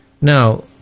Now